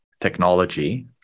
technology